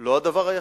לא הדבר היחיד.